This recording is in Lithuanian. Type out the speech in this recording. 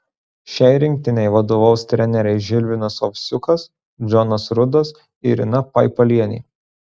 šiai rinktinei vadovaus treneriai žilvinas ovsiukas džonas rudas ir ina paipalienė